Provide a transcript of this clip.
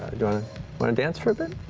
want to dance for a bit?